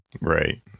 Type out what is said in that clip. Right